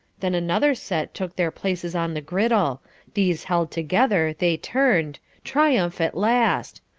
then another set took their places on the griddle these held together, they turned triumph at last!